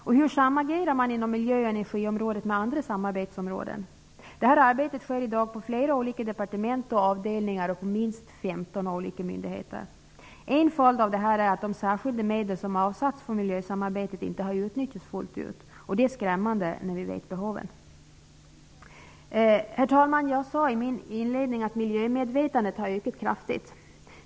Och hur samagerar man inom miljö och energiområdet med andra samarbetsområden? Detta arbete sker i dag på flera departement och avdelningar och på minst 15 olika myndigheter. En följd av detta är att de särskilda medel som avsatts för miljösamarbete inte har utnyttjats fullt ut. Det är skrämmande när vi vet behoven. Herr talman! Jag sade i min inledning att miljömedvetandet har ökat kraftigt.